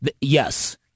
Yes